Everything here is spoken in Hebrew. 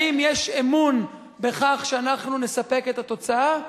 האם יש אמון בכך שאנחנו נספק את התוצאה?